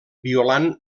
violant